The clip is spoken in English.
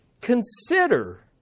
consider